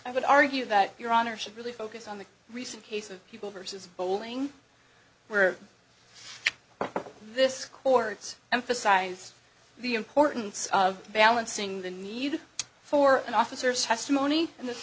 i would argue that your honor should really focus on the recent case of people versus bowling where this courts emphasise the importance of balancing the need for an officer's testimony and this